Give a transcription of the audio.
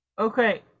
Okay